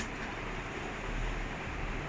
like I'm okay lah or is it just